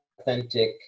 authentic